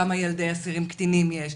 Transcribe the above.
כמה ילדי אסירים קטינים יש.